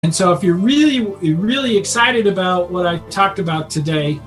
אז אם אתם באמת, באמת נרגשים בנוגע למה שדיברתי עליו היום